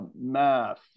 Math